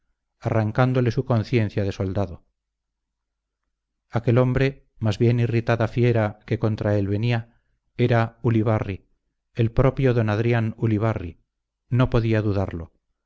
arrancándole su conciencia de soldado aquel hombre más bien irritada fiera que contra él venía era ulibarri el propio d adrián ulibarri no podía dudarlo